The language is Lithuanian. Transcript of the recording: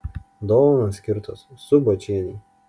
dovanos skirtos subočienei